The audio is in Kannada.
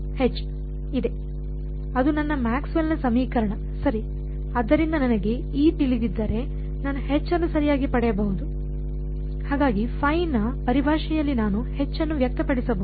ಆದ್ದರಿಂದ ನನಗೆ ತಿಳಿದಿದ್ದರೆ ನಾನು ಅನ್ನು ಸರಿಯಾಗಿ ಪಡೆಯಬಹುದು ಹಾಗಾಗಿ ϕ ನ ಪರಿಭಾಷೆಯಲ್ಲಿ ನಾನು ಅನ್ನು ವ್ಯಕ್ತಪಡಿಸಬಹುದು